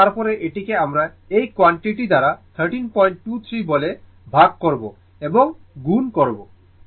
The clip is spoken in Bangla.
সুতরাং তারপরে এটিকে আমরা এই কোয়ান্টিটি দ্বারা 1323 বলে ভাগ করবো এবং গুণ করবো